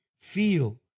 feel